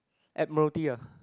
Admiralty ah